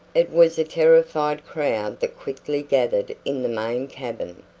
it was a terrified crowd that quickly gathered in the main cabin,